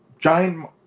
Giant